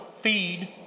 feed